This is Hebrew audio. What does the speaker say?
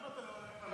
למה אתה לא מדבר על מה